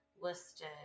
listed